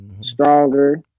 stronger